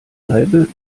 salbe